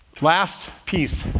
last piece.